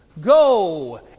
Go